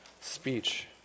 speech